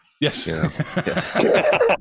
Yes